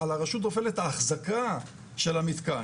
על הרשות נופלת האחזקה של המתקן.